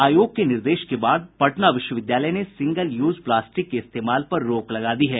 आयोग के निर्देश के बाद पटना विश्वविद्यालय ने सिंगल यूज प्लास्टिक के इस्तेमाल पर रोक लगा दी है